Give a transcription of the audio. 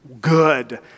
good